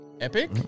Epic